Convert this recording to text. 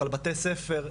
על בתי ספר,